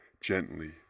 Gently